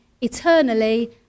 eternally